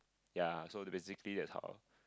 yeah so basically that's how